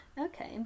okay